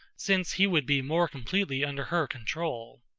since he would be more completely under her control.